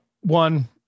One